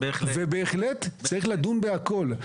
ובהחלט צריך לדון בהכל.